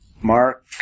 Mark